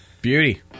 Beauty